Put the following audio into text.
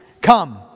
come